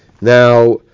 Now